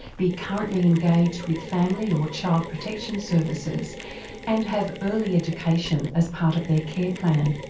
be currently engaged with family or child protection services and have early education as part of their care plan.